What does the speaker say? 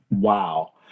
Wow